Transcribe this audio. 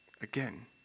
Again